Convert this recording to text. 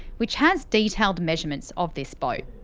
which has detailed measurements of this boat.